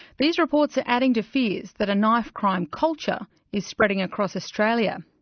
these reports are adding to fears that a knife crime culture is spreading across australia.